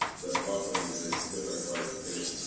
department with different different qualification.